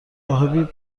راهبی